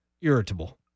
irritable